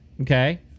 Okay